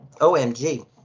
OMG